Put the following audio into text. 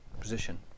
position